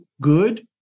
good